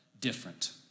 different